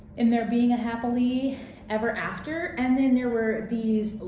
in there being a happily ever after? and then there were these